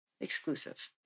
exclusive